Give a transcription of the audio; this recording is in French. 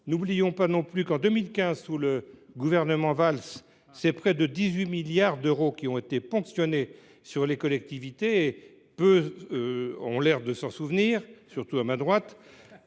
N’oublions pas non plus qu’en 2015, sous le gouvernement Valls, ce sont près de 18 milliards d’euros qui ont été ponctionnés sur les collectivités. Peu ont l’air de s’en souvenir ! Surtout à la gauche